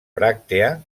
bràctea